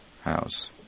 house